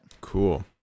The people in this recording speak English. cool